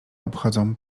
obchodzą